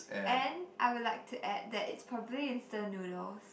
and I would like to add that it's probably instant noodles